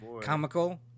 comical